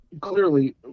clearly